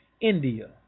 India